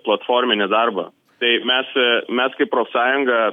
platforminį darbą tai mes mes kaip profsąjunga